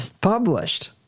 published